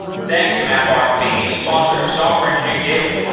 thanks to mapr for being a sponsor of software engineering daily